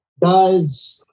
Guys